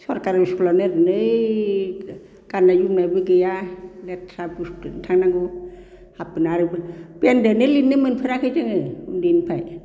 सरखारि इस्कुलावनो ओरैनो ओइ गाननाय जोमनायबो गैया लेथ्रा बुस्थुजोनो थांनांगौ पेनदोनो लिरफेरनो मोनाखै जोङो उन्दैनिफ्राय